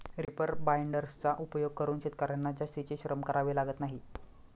reaper बाइंडर्सचा उपयोग करून शेतकर्यांना जास्तीचे श्रम करावे लागत नाही